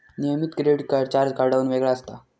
नियमित credit card charge कार्डाहुन वेगळा असता